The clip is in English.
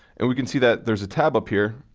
and we can see that there's a tab up here,